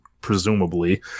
presumably